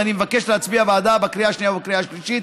ואני מבקש להצביע בעדה בקריאה השנייה ובקריאה השלישית.